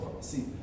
See